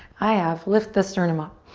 i have. lift the sternum up.